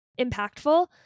impactful